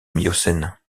miocène